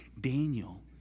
Daniel